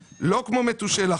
לא כמו מתושלח.